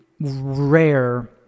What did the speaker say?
rare